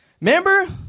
Remember